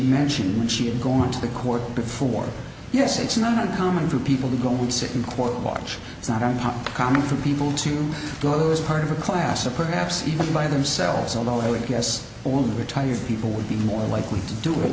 mentioned when she had gone to the court before yes it's not uncommon for people to go and sit in court and watch it's not on how common for people to go who is part of the class or perhaps even by themselves although i would guess or the retired people would be more likely to do it